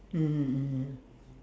mmhmm mmhmm